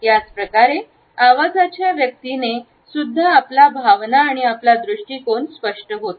याचप्रकारे आवाजाच्या व्यक्तीने सुद्धा आपल्या भावना आणि आपल्या दृष्टीकोण स्पष्ट होतो